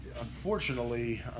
unfortunately